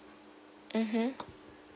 mmhmm